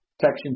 Section